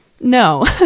no